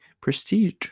prestige